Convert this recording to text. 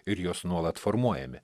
ir jos nuolat formuojami